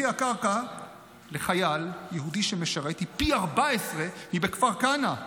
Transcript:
מחיר הקרקע לחייל יהודי שמשרת היא פי 14 מבכפר כנא.